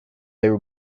they